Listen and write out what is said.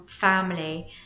family